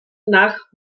nach